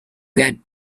get